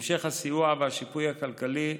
המשך הסיוע והשיפוי הכלכלי,